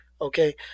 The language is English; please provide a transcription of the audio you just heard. okay